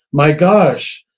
my gosh,